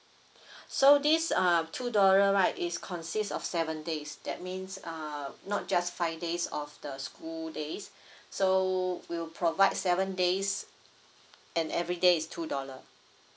so this uh two dollar right is consist of seven days that means uh not just five days of the school days so we'll provide seven days and everyday is two dollar